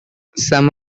some